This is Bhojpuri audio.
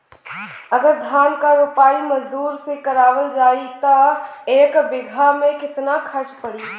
अगर धान क रोपाई मजदूर से करावल जाई त एक बिघा में कितना खर्च पड़ी?